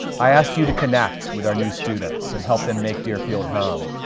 i asked you to connect with our new students and help them make deerfield home.